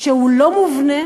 שהוא לא מובנה,